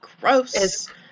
Gross